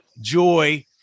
joy